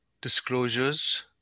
disclosures